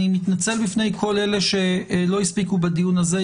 אני מתנצל בפני כל אלה שלא הספיקו בדיון הזה.